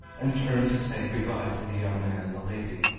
and turned to say good-by to the young man and the lady.